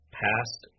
past